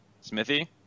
smithy